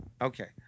Okay